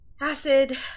acid